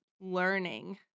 learning